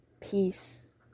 peace